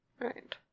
right